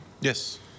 Yes